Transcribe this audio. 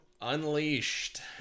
Unleashed